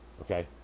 Okay